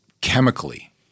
chemically